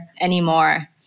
anymore